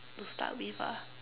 to start with lah